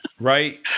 Right